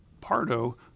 Pardo